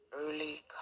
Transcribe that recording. early